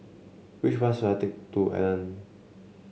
which bus should I take to Aruan